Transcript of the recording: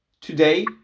today